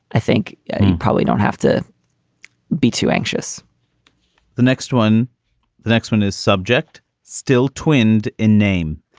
i think you probably don't have to be too anxious the next one the next one is subject still twinned in name.